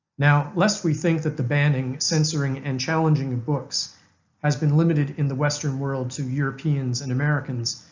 now lest we think that the banning, censoring, and challenging of books has been limited in the western world to europeans and americans,